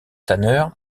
tanneur